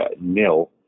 nil